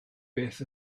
beth